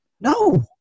No